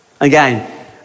Again